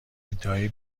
ادعای